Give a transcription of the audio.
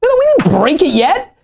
but we didn't break it yet.